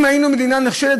אם היינו מדינה נחשלת,